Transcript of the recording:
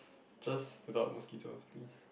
just put out mosquitoes please